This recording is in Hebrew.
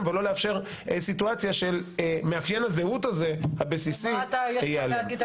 ולא לאפשר סיטואציה של מאפיין הזהות הזה הבסיסי ייעלם.